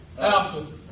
Alpha